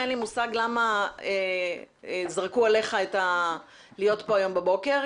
אין לי מושג למה זרקו עליך להיות פה היום בבוקר,